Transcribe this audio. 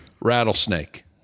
rattlesnake